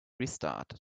restarted